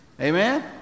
Amen